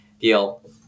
deal